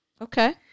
Okay